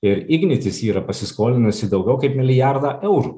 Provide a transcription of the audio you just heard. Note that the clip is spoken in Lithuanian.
ir ignitis yra pasiskolinusi daugiau kaip milijardą eurų